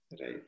Right